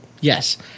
Yes